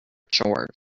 chores